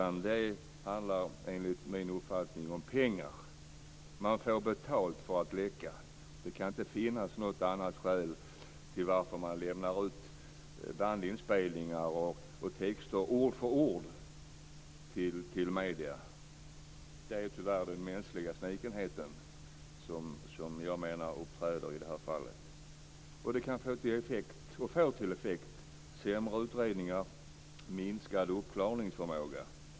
Det handlar enligt min uppfattning om pengar. Man får betalt för att läcka. Det kan inte finnas något annat skäl till att man lämnar ut bandinspelningar och texter ord för ord till medierna. Det är tyvärr den mänskliga snikenheten som jag menar uppträder i det här fallet. Det kanske får till effekt sämre utredningar, minskad uppklaringsförmåga.